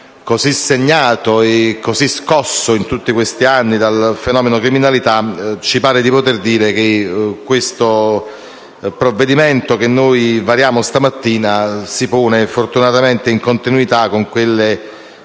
così segnato e scosso in tutti questi anni dal fenomeno della criminalità. Ci pare di poter dire che il provvedimento che ci accingiamo a varare stamattina si pone fortunatamente in continuità con quelle